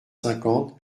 cinquante